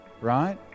right